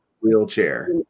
Wheelchair